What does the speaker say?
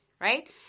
right